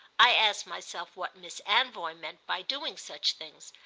i asked myself what miss anvoy meant by doing such things,